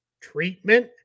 treatment